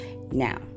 Now